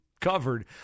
covered